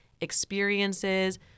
experiences